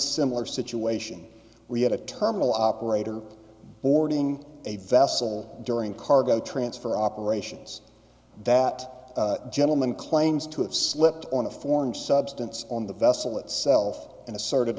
similar situation we had a terminal operator boarding a vassal during cargo transfer operations that gentleman claims to have slipped on a foreign substance on the vessel itself and asserted